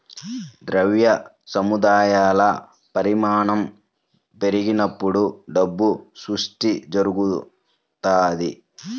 ద్రవ్య సముదాయాల పరిమాణం పెరిగినప్పుడు డబ్బు సృష్టి జరుగుతది